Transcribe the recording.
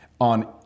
on